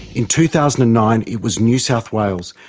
in two thousand and nine it was new south wales,